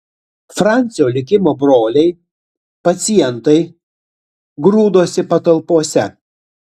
francio likimo broliai pacientai grūdosi patalpose